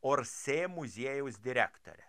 orsė muziejaus direktore